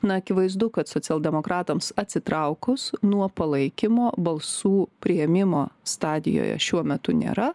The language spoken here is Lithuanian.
na akivaizdu kad socialdemokratams atsitraukus nuo palaikymo balsų priėmimo stadijoje šiuo metu nėra